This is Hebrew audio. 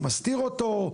הוא מסתיר אותו,